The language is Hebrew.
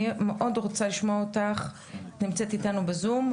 אני מאוד רוצה לשמוע אותך, את נמצאת איתנו בזום.